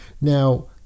Now